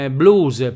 blues